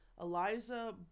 Eliza